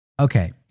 Okay